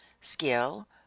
skill